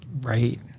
right